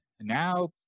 now